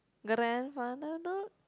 grandfather no